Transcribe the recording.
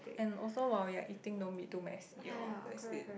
and also while you're eating don't be too messy lor that's it